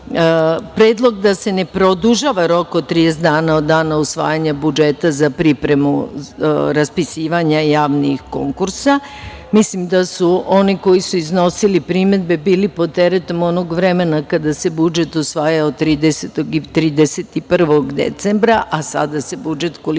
predlog da se ne produžava rok od 30 dana od dana usvajanja budžeta za pripremu raspisivanja javnih konkursa. Mislim da su oni koji su iznosili primedbe bili pod teretom onog vremena kada se budžet usvajao 30. i 31. decembra, a sada se budžet, koliko